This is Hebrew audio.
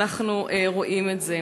אנחנו רואים את זה.